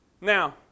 Now